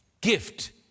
gift